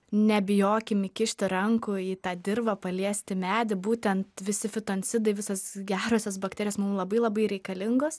nebijokim įkišti rankų į tą dirvą paliesti medį būtent visi fitoncidai visos gerosios bakterijos mum labai labai reikalingos